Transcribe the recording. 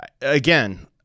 Again